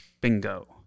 Bingo